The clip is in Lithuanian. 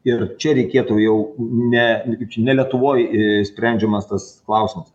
ir čia reikėtų jau ne ne lietuvoj į sprendžiamas tas klausimas